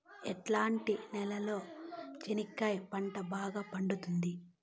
ఎట్లాంటి నేలలో చెనక్కాయ పంట బాగా పండుతుంది?